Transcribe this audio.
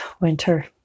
winter